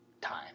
time